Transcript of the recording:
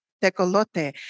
Tecolote